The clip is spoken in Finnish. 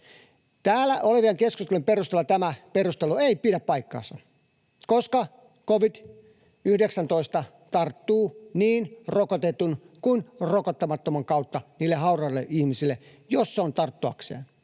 Täällä olleiden keskustelujen perusteella tämä perustelu ei pidä paikkaansa, koska covid-19 tarttuu niin rokotetun kuin rokottamattoman kautta hauraille ihmisille, jos se on tarttuakseen.